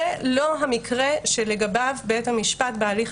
זה לא המקרה שלגביו בית המשפט בהליך